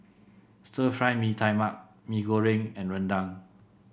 Stir Fry Mee Tai Mak Mee Goreng and rendang